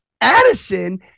Addison